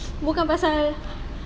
bukan pasal